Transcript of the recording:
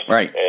Right